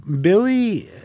Billy